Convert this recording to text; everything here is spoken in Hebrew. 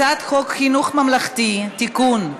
הצעת חוק חינוך ממלכתי (תיקון,